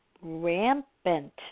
rampant